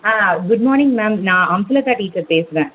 ஆ good morning ma'am நான் Amsalatha teacher பேசுகிறேன்